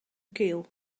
keel